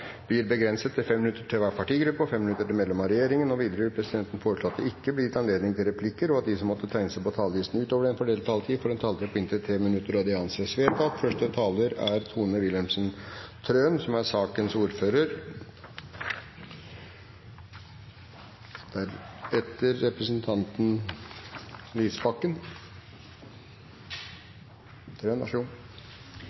blir begrenset til 10 minutter til hver partigruppe og 10 minutter til medlemmer av regjeringen. Videre vil presidenten foreslå at det blir gitt anledning til fem replikker med svar etter innlegg fra medlemmer av regjeringen innenfor den fordelte taletid, og at de som måtte tegne seg på talerlisten utover den fordelte taletid, får en taletid på inntil 3 minutter. – Det anses vedtatt. SV er,